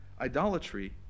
idolatry